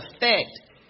effect